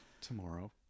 Tomorrow